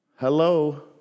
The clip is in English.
Hello